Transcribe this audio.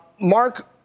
Mark